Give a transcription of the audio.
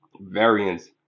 Variants